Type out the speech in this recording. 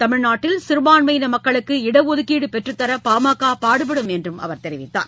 தமிழ்நாட்டில் சிறுபான்மையின மக்களுக்கு இடஒதுக்கீடு பெற்றுத்தர பாமக பாடுபடும் என்றும் அவர் தெரிவித்தார்